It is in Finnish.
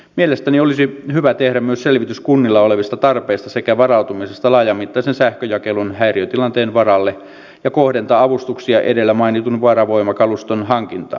mielestäni olisi hyvä tehdä myös selvitys kunnilla olevista tarpeista sekä varautumisesta laajamittaisen sähköjakelun häiriötilanteen varalle ja kohdentaa avustuksia edellä mainitun varavoimakaluston hankintaan